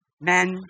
Men